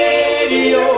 Radio